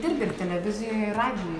dirbi ir televizijoj ir radijuj